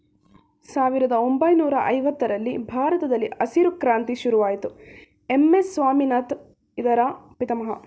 ಸಾವಿರದ ಒಂಬೈನೂರ ಐವತ್ತರರಲ್ಲಿ ಭಾರತದಲ್ಲಿ ಹಸಿರು ಕ್ರಾಂತಿ ಶುರುವಾಯಿತು ಎಂ.ಎಸ್ ಸ್ವಾಮಿನಾಥನ್ ಇದರ ಪಿತಾಮಹ